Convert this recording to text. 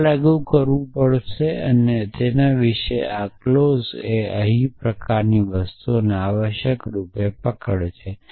આ લાગુ પડતું નથી અને આ વિશેષ કલમ અહીં આ પ્રકારની વસ્તુઓ આવશ્યકરૂપે પકડવાનો છે